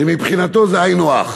שמבחינתו זה היינו הך.